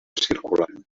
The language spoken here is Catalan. circulant